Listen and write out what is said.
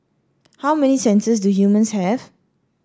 how many senses do humans have